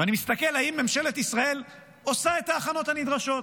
ואני מסתכל אם ממשלת ישראל עושה את ההכנות הנדרשות.